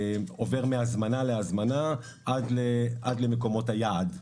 הוא עובר מהזמנה להזמנה עד למקומות היעד.